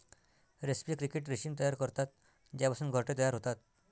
रेस्पी क्रिकेट रेशीम तयार करतात ज्यापासून घरटे तयार होतात